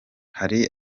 hari